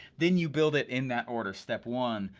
then you build it in that order. step one,